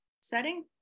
setting